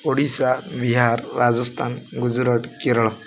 Odisha Bihar Rajasthan Gujarat Kerala